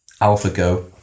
AlphaGo